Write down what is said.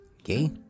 Okay